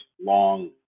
long